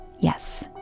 Yes